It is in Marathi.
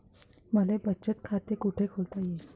मले बचत खाते कुठ खोलता येईन?